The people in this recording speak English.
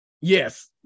Yes